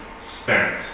spent